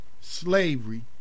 slavery